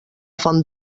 font